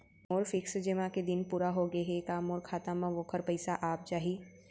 मोर fix जेमा के दिन पूरा होगे हे का मोर खाता म वोखर पइसा आप जाही?